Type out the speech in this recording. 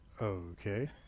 okay